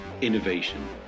innovation